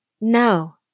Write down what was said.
No